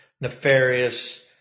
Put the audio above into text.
nefarious